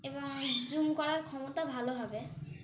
এবং জুম করার ক্ষমতা ভালো হবে